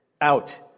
out